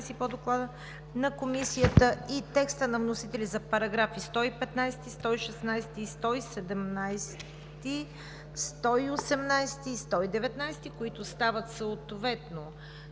по Доклада на Комисията и текста на вносителя за параграфи 115, 116, 117, 118, 119, които стават съответно